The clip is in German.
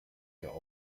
der